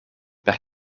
per